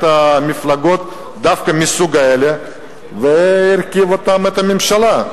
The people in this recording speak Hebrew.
את המפלגות מסוג הזה והרכיב את הממשלה.